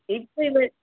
ഇപ്പോൾ ഇവിടെ